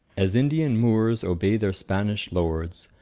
as indian moors obey their spanish lords,